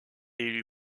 élu